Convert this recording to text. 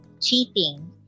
cheating